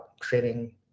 creating